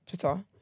Twitter